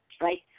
Right